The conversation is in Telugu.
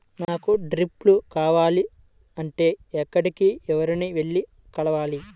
నాకు డ్రిప్లు కావాలి అంటే ఎక్కడికి, ఎవరిని వెళ్లి కలవాలి?